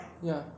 ya